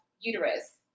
uterus